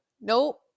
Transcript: nope